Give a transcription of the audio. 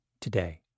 today